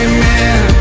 Amen